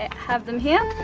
have them here.